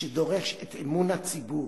שדורש את אמון הציבור,